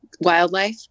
wildlife